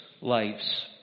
lives